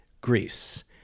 Greece